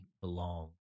belong